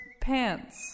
pants